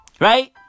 Right